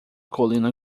colina